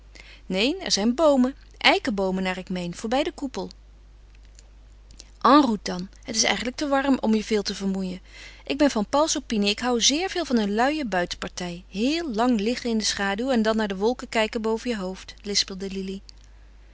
neen er zijn boomen eikenboomen naar ik meen voorbij den koepel en route dan het is eigenlijk te warm om je veel te vermoeien ik ben van pauls opinie ik hou zeer veel van een luie buitenpartij heel lang liggen in de schaduw en dan naar de wolken kijken boven je hoofd lispelde lili